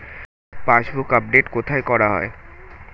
Passbook update কোথায় করা হয়?